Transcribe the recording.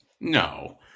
No